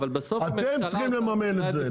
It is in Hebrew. אתם צריכים לממן את זה,